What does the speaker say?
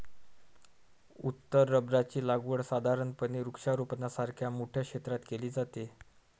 उत्तर रबराची लागवड साधारणपणे वृक्षारोपणासारख्या मोठ्या क्षेत्रात केली जाते